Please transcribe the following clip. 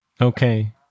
Okay